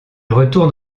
retourne